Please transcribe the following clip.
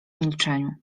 milczeniu